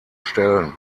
stellen